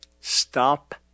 Stop